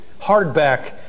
hardback